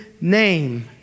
name